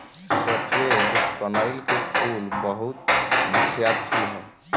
सफेद कनईल के फूल बहुत बिख्यात फूल ह